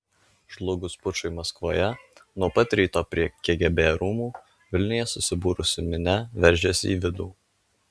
žlugus pučui maskvoje nuo pat ryto prie kgb rūmų vilniuje susibūrusi minia veržėsi į vidų